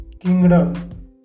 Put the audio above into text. kingdom